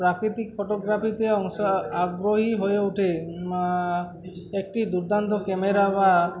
প্রাকৃতিক ফটোগ্রাফিতে অংশ আগ্রহী হয়ে ওঠে একটি দুর্দান্ত ক্যামেরা বা